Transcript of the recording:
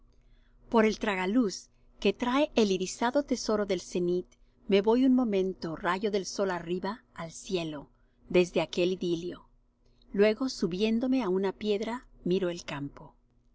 por el tragaluz que trae el irisado tesoro del cenit me voy un momento rayo de sol arriba al cielo desde aquel idilio luego subiéndome á una piedra miro el campo